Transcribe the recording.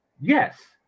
Yes